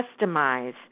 customize